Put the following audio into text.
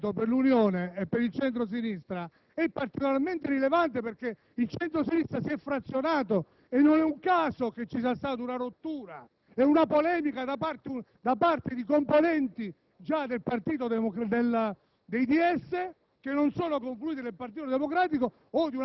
(per non dire delle poltrone) che in questo momento per l'Unione e per il centro-sinistra è particolarmente rilevante. Infatti, il centro-sinistra si è frazionato e non è un caso che ci sia stata una rottura e una polemica da parte di componenti già dei DS